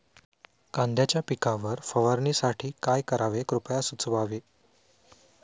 कांद्यांच्या पिकावर फवारणीसाठी काय करावे कृपया सुचवावे